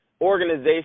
organization